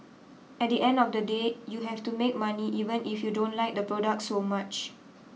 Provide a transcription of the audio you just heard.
at the end of the day you have to make money even if you don't like the product so much